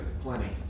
Plenty